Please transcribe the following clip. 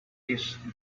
tasty